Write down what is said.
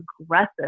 aggressive